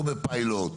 או בפיילוט,